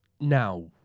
Now